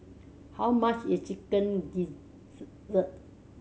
how much is chicken